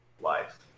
life